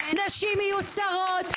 נשים יהיו יהיו שרות,